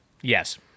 Yes